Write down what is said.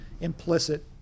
Implicit